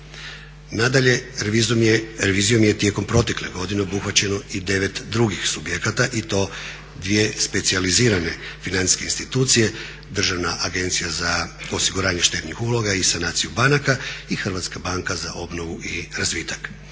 Nadalje, revizijom je tijekom protekle godine obuhvaćeno i 9 drugih subjekata i to 2 specijalizirane financijske institucije, Državna agencija za osiguranje štednih uloga i sanaciju banaka i Hrvatska banka za obnovu i razvitak.